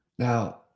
Now